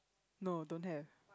no don't have